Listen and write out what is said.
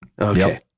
Okay